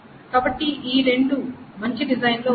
కాబట్టి ఈ రెండు మంచి డిజైన్లో ఉన్నాయి